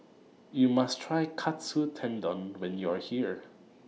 YOU must Try Katsu Tendon when YOU Are here